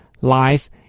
lies